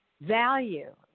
value